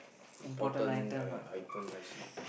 important !aiya! item I_C